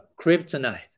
Kryptonite